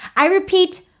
i repeat,